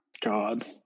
God